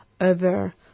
over